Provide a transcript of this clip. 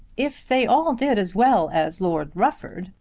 if they all did as well as lord rufford,